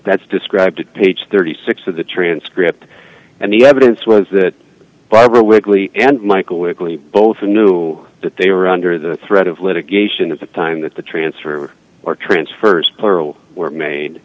that's described page thirty six dollars of the transcript and the evidence was that barbara wigley and michael whitley both knew that they were under the threat of litigation at the time that the transfer or transfers plural were made